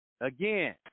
again